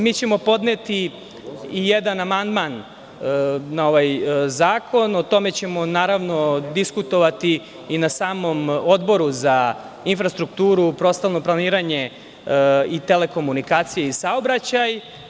Mi ćemo podneti i jedan amandman na ovaj zakon, o tome ćemo naravno diskutovati i na samom Odboru za infrastrukturu, prostorno planiranje, telekomunikacije i saobraćaj.